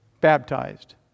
Baptized